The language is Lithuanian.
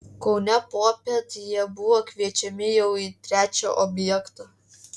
kaune popiet jie buvo kviečiami jau į trečią objektą